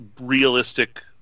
realistic